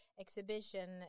exhibition